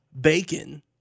bacon